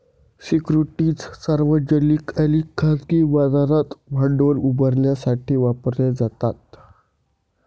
securities सार्वजनिक आणि खाजगी बाजारात भांडवल उभारण्यासाठी वापरल्या जातात